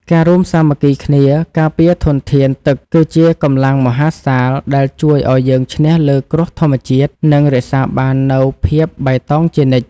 ការរួមសាមគ្គីគ្នាការពារធនធានទឹកគឺជាកម្លាំងមហាសាលដែលជួយឱ្យយើងឈ្នះលើគ្រោះធម្មជាតិ និងរក្សាបាននូវភាពបៃតងជានិច្ច។